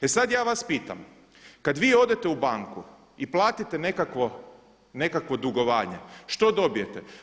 E sada ja vas pitam, kada vi odete u banku i platite nekakvo dugovanje što dobijete?